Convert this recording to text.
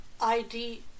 ID